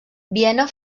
viena